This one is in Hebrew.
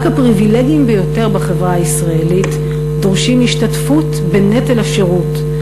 רק הפריבילגיים ביותר בחברה הישראלית דורשים השתתפות בנטל השירות,